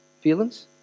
Feelings